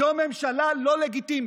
זו ממשלה לא לגיטימית,